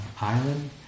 island